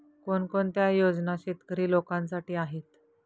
कोणकोणत्या योजना शेतकरी लोकांसाठी आहेत?